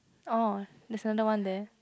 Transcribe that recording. orh there's another one there